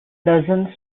dozen